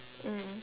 mm